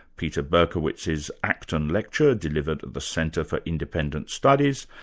peter berkowitz's acton lecture delivered at the centre for independent studies,